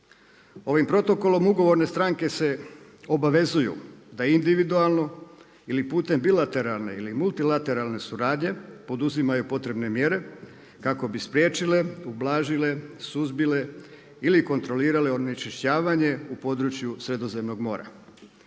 Ovim protokolom ugovorne stranke se obavezuju da individualno ili putem bilateralne ili multilateralne suradnje poduzimaju potrebne mjere kako bi spriječile, ublažile, suzbile ili kontrolirale onečišćavanje u području Sredozemnog mora.